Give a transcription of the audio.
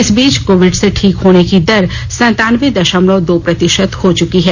इस बीच कोविड से ठीक होने की दर संतानयें दशमलव दो प्रतिशत हो चुकी है